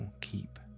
keep